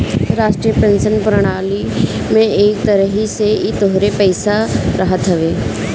राष्ट्रीय पेंशन प्रणाली में एक तरही से इ तोहरे पईसा रहत हवे